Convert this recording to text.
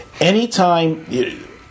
anytime